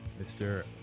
Mr